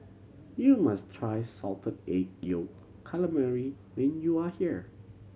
you must try Salted Egg Yolk Calamari when you are here